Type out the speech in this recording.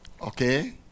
Okay